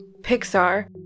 Pixar